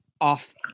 off